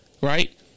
right